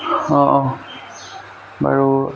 অঁ অঁ বাৰু